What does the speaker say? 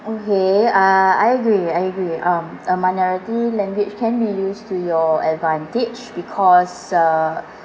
okay uh I agree I agree um a minority language can be used to your advantage because uh